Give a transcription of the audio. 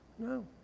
No